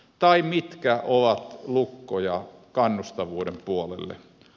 tai mitkä ovat lukkoja kannustavuuden puolella